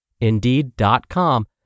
Indeed.com